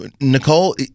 Nicole